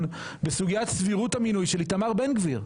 בסוגיית סבירות המינוי של איתמר בן גביר.